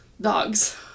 dogs